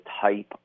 type